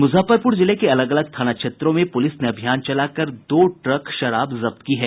मूजफ्फरपूर जिले के अलग अलग थाना क्षेत्रों में पूलिस ने अभियान चलाकर दो ट्रक शराब जब्त की है